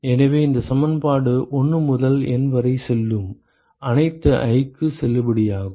எனவே இந்த சமன்பாடு 1 முதல் N வரை செல்லும் அனைத்து i க்கு செல்லுபடியாகும்